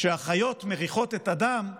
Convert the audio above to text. כשהחיות מריחות את הדם,